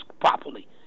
properly